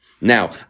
Now